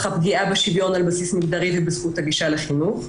הפגיעה בשוויון על בסיס מגדרי ובזכות הגישה לחינוך.